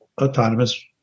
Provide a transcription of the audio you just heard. autonomous